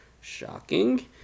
Shocking